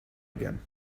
again